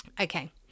Okay